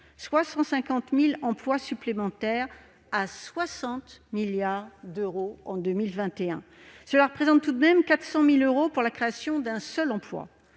150 000 emplois supplémentaires pour 60 milliards d'euros en 2021. Cela représente tout de même 400 000 euros pour la création d'un seul emploi